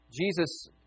Jesus